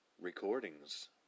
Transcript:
recordings